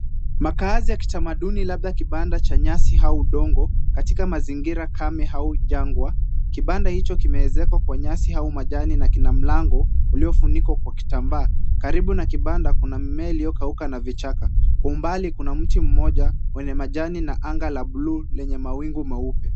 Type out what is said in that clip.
Makazi ya kitamaduni labda kibanda cha nyasi au udongo katika mazingira kame au jangwa. Kibanda hicho kimeezekwa kwa nyasi au majani na kina mlango uliofunikwa kwa kitambaa. Karibu na kibanda kina mmea uliokakuka na kichaka. Kwa umbali kun mti mmoja wenye majani na anga la bluu yenye mawingu meupe.